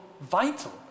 vital